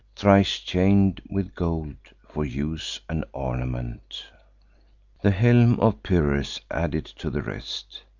thrice chain'd with gold, for use and ornament the helm of pyrrhus added to the rest,